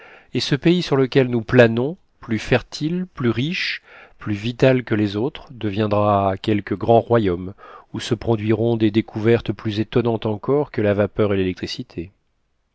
et ce pays sur lequel nous planons plus fertile plus riche plus vital que les autres deviendra quelque grand royaume où se produiront des découvertes plus étonnantes encore que la vapeur et l'électricité